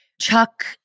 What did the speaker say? Chuck